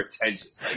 pretentious